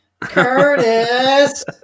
Curtis